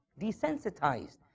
desensitized